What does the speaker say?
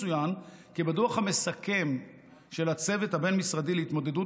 יצוין כי בדוח המסכם של הצוות הבין-משרדי להתמודדות